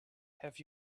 have